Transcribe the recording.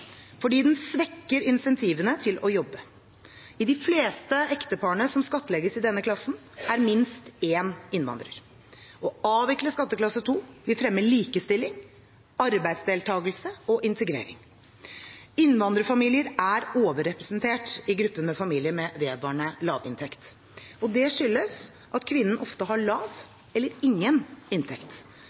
fordi den svekker incentivene til å jobbe. Det er minst én innvandrer i de fleste ekteparene som skattlegges i denne klassen. Å avvikle skatteklasse 2 vil fremme likestilling, arbeidsdeltagelse og integrering. Innvandrerfamilier er overrepresentert i gruppen med familier med vedvarende lavinntekt. Det skyldes at kvinnen ofte har lav eller ingen inntekt.